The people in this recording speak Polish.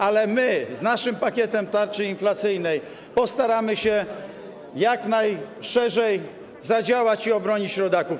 Ale my, z naszym pakietem tarczy inflacyjnej, postaramy się jak najszerzej zadziałać i obronić rodaków.